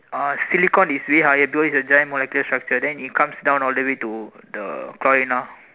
uh silicon is the highest during the exam molecular structure then it comes down all the way to the coin ah